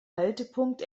haltepunkt